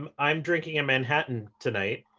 um i'm drinking a manhattan tonight,